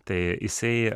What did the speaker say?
tai jisai